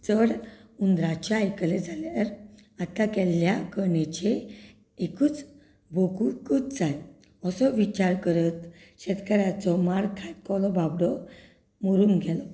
चर हुंदराचें आयकल्लें जाल्यार आतां केल्ल्या कर्णेचें एकूच भोगुंकूच जाय असो विचार करत शेतकाराचो मार खातालो बाबडो मरून गेलो